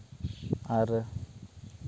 ᱟᱨ